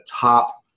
top